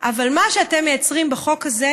אבל מה שאתם מייצרים בחוק הזה,